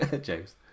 james